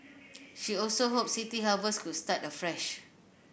she also hoped City Harvest could start afresh